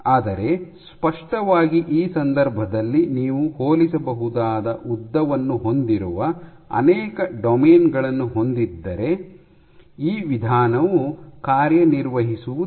ಆದರೆ ಸ್ಪಷ್ಟವಾಗಿ ಈ ಸಂದರ್ಭದಲ್ಲಿ ನೀವು ಹೋಲಿಸಬಹುದಾದ ಉದ್ದವನ್ನು ಹೊಂದಿರುವ ಅನೇಕ ಡೊಮೇನ್ ಗಳನ್ನು ಹೊಂದಿದ್ದರೆ ಈ ವಿಧಾನವು ಕಾರ್ಯನಿರ್ವಹಿಸುವುದಿಲ್ಲ